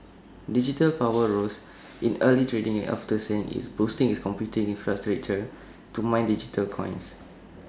digital power rose in early trading after saying it's boosting its computing infrastructure to mine digital coins